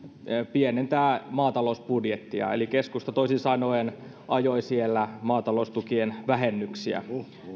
pienentää maatalousbudjettia eli keskusta toisin sanoen ajoi siellä maataloustukien vähennyksiä